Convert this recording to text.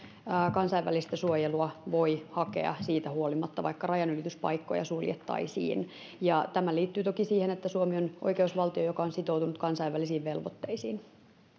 kansainvälistä suojelua voi hakea siitä huolimatta vaikka rajanylityspaikkoja suljettaisiin tämä liittyy toki siihen että suomi on oikeusvaltio joka on sitoutunut kansainvälisiin velvoitteisiin